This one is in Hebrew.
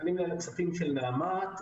אני מהצוותים של נעמ"ת.